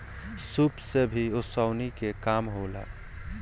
सूप से भी ओसौनी के काम होला